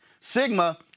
Sigma